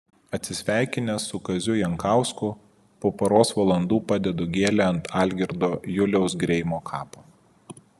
atsisveikinęs su kaziu jankausku po poros valandų padedu gėlę ant algirdo juliaus greimo kapo